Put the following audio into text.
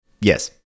Yes